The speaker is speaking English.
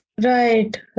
Right